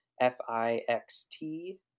F-I-X-T